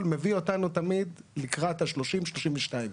הכל מביא אותנו תמיד לקראת ה-30 או 32 יום.